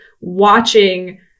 watching